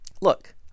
look